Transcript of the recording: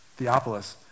Theopolis